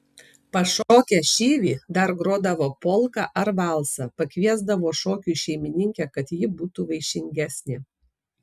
pašokę šyvį dar grodavo polką ar valsą pakviesdavo šokiui šeimininkę kad ji būtų vaišingesnė